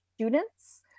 students